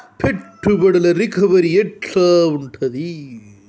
పెట్టుబడుల రికవరీ ఎట్ల ఉంటది?